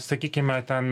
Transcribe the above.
sakykime ten